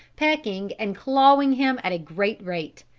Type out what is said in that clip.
pecking and clawing him at a great rate.